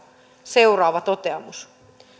seuraava toteamus